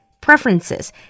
preferences